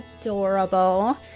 adorable